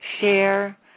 share